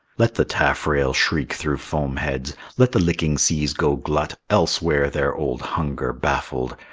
let the taffrail shriek through foam-heads! let the licking seas go glut elsewhere their old hunger, baffled!